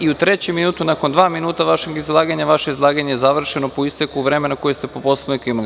I u trećem minutu, nakon dva minuta vašeg izlaganja, vaše izlaganje je završeno po isteku vremena koje ste po Poslovniku imali.